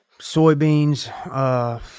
Soybeans